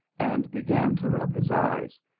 and began to rub his eyes,